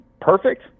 perfect